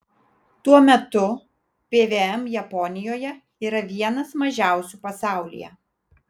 tuo metu pvm japonijoje yra vienas mažiausių pasaulyje